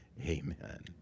Amen